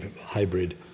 hybrid